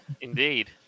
Indeed